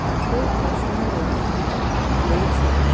এত পছন্দ হয়েছে